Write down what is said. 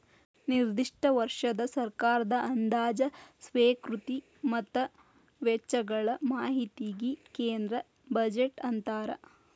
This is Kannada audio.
ನಿರ್ದಿಷ್ಟ ವರ್ಷದ ಸರ್ಕಾರದ ಅಂದಾಜ ಸ್ವೇಕೃತಿ ಮತ್ತ ವೆಚ್ಚಗಳ ಮಾಹಿತಿಗಿ ಕೇಂದ್ರ ಬಜೆಟ್ ಅಂತಾರ